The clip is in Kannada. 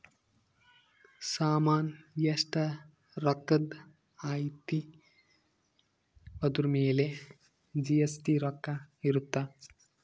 ಸಾಮನ್ ಎಸ್ಟ ರೊಕ್ಕಧ್ ಅಯ್ತಿ ಅದುರ್ ಮೇಲೆ ಜಿ.ಎಸ್.ಟಿ ರೊಕ್ಕ ಇರುತ್ತ